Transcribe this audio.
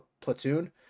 platoon